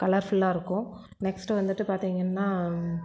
கலர்ஃபுல்லாக இருக்கும் நெக்ஸ்ட்டு வந்துட்டு பார்த்திங்கன்னா